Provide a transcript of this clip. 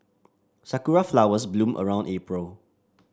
sakura flowers bloom around April